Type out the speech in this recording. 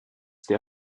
der